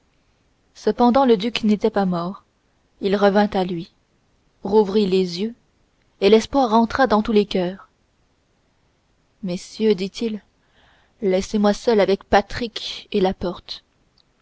cependant le duc n'était pas mort il revint à lui rouvrit les yeux et l'espoir rentra dans tous les coeurs messieurs dit-il laissez-moi seul avec patrick et la porte